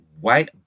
white